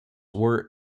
were